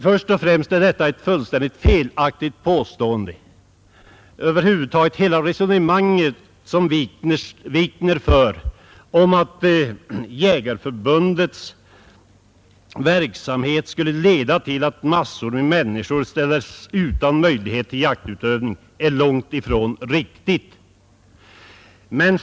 Först och främst är detta ett fullständigt felaktigt påstående, men hela det resonemang som herr Wikner för om att Jägareförbundets verksamhet skulle leda till att massor med människor ställs utan möjlighet till jaktutövning är långt ifrån riktigt.